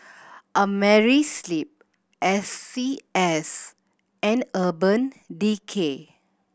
Amerisleep S C S and Urban Decay